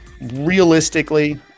realistically